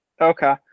Okay